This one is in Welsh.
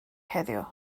heddiw